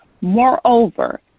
moreover